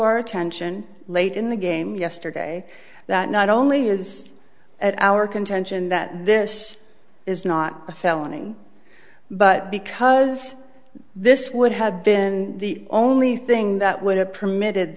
our attention late in the game yesterday that not only is at our contention that this is not a felony but because this would have been the only thing that would have permitted